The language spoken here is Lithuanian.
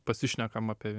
pasišnekam apie